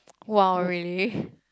(wow) really